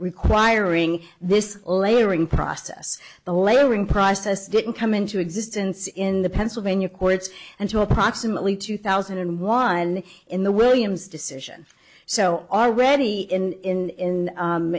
requiring this layering process the layering process didn't come into existence in the pennsylvania courts and to approximately two thousand and one in the williams decision so already in in